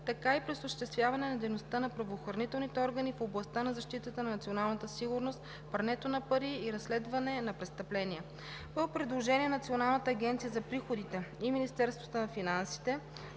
така и за осъществяване на дейността на правоохранителните органи в областта на защитата на националната сигурност, прането на пари и разследването на престъпления. По предложение на Националната агенция за приходите и Министерството на финансите